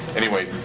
anyway,